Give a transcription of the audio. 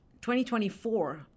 2024